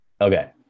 Okay